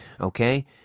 okay